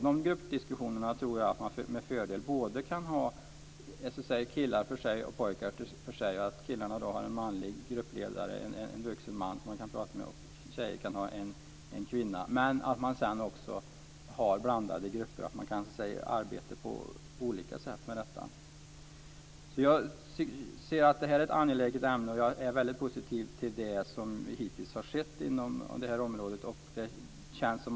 De gruppdiskussionerna kan med fördel föras med killar och tjejer för sig. Killarna har en vuxen manlig gruppledare, och tjejerna kan ha en kvinnlig gruppledare. Men det går också att ha blandade grupper. Det går att arbeta på olika sätt. Jag anser att detta är ett angeläget ämne, och jag är positiv till det som vi hittills har sett inom området.